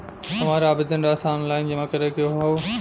हमार आवेदन राशि ऑनलाइन जमा करे के हौ?